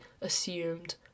assumed